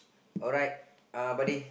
alright uh buddy